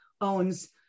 owns